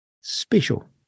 special